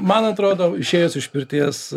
man atrodo išėjus iš pirties